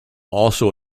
also